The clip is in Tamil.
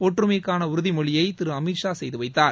ஒற்றுமைக்கான உறுதிமொழியை திரு அமித் ஷா செய்துவைத்தார்